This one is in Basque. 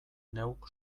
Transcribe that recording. neuk